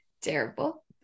Terrible